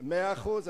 מאה אחוז,